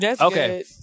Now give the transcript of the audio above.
Okay